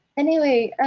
anyway,